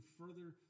further